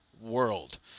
world